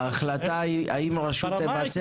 ההחלטה האם הרשות תבצע